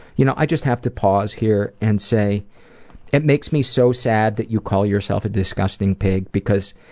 you know, i just have to pause here and say it makes me so sad that you call yourself a disgusting pig because